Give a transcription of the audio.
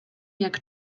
jak